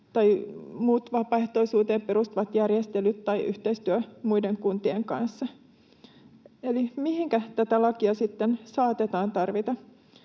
tai muut vapaaehtoisuuteen perustuvat järjestelyt tai yhteistyö muiden kuntien kanssa. Eli mihinkä tätä lakia sitten saatetaan tarvita?